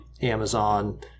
Amazon